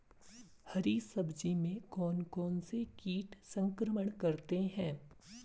हरी सब्जी में कौन कौन से कीट संक्रमण करते हैं?